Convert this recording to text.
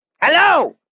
Hello